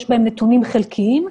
יש בהם נתונים חלקיים.